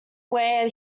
where